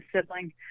sibling